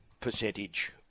percentage